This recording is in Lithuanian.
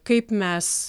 kaip mes